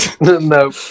No